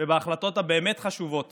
ובהחלטות הבאמת-חשובות